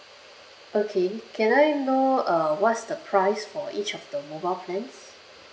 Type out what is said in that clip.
okay can I know uh what's the price for each of the mobile plans